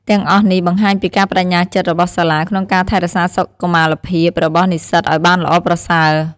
ទាំងអស់នេះបង្ហាញពីការប្តេជ្ញាចិត្តរបស់សាលាក្នុងការថែរក្សាសុខុមាលភាពរបស់និស្សិតឱ្យបានល្អប្រសើរ។